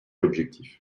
objectif